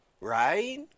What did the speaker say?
right